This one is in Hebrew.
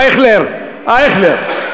חבר הכנסת אייכלר, אייכלר,